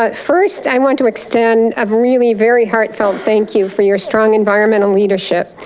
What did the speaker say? but first i want to extend a really very heartfelt thank you for your strong environmental leadership.